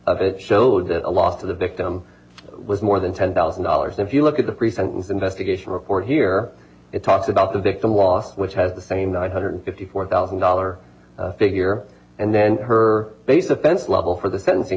of it showed that a loss of the victim was more than ten thousand dollars if you look at the pre sentence investigation report here it talks about the victim lost which has the same nine hundred fifty four thousand dollar figure and then her base offense level for the sentencing